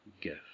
gift